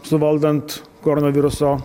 suvaldant koronaviruso